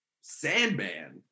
Sandman